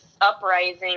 uprising